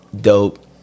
dope